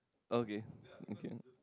okay okay